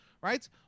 right